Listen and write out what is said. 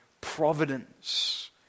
Providence